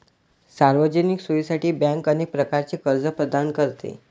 सार्वजनिक सोयीसाठी बँक अनेक प्रकारचे कर्ज प्रदान करते